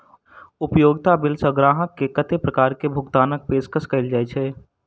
उपयोगिता बिल सऽ ग्राहक केँ कत्ते प्रकार केँ भुगतान कऽ पेशकश कैल जाय छै?